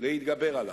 להתגבר עליו.